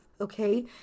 okay